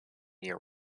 year